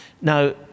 Now